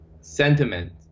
sentiment